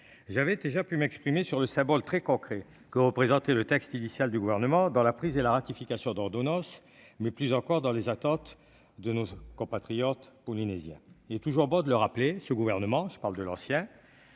J'avais déjà pu m'exprimer alors sur le symbole très concret que représentait le texte initial du Gouvernement, dans la prise et la ratification d'ordonnances, mais plus encore vis-à-vis des attentes de nos compatriotes polynésiens. Il est toujours bon de rappeler que le précédent